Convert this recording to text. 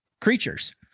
creatures